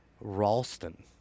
Ralston